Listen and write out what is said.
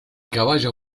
caballo